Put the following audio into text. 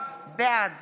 בעד